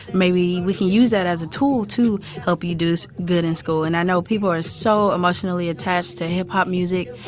maybe we can use that as a tool to help you do good in school. and i know people are so emotionally attached to hip-hop music.